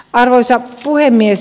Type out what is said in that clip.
arvoisa puhemies